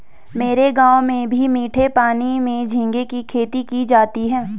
मेरे गांव में भी मीठे पानी में झींगे की खेती की जाती है